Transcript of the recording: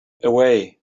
away